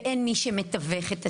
ואין מי שמתווך את הסיטואציה.